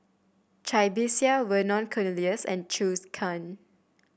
Cai Bixia Vernon Cornelius and Zhou Can